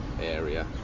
area